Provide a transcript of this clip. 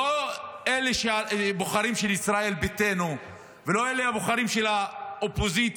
אלה לא הבוחרים של ישראל ביתנו ואלה לא הבוחרים של האופוזיציה,